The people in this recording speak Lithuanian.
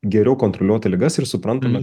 geriau kontroliuoti ligas ir suprantama